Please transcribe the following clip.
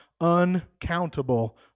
uncountable